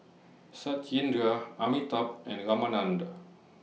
Satyendra Amitabh and Ramanand